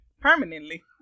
Permanently